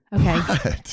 Okay